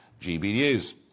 gbnews